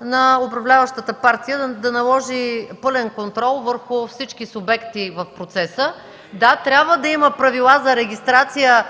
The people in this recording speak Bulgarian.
на управляващата партия да наложи пълен контрол върху всички субекти в процеса. (Реплики.) Да, трябва да има правила за регистрация